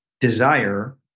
desire